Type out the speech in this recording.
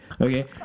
Okay